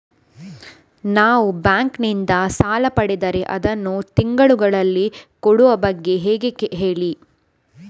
ನಾವು ಬ್ಯಾಂಕ್ ನಿಂದ ಸಾಲ ಪಡೆದರೆ ಅದನ್ನು ತಿಂಗಳುಗಳಲ್ಲಿ ಕೊಡುವ ಬಗ್ಗೆ ಹೇಗೆ ಹೇಳಿ